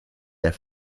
der